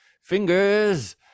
fingers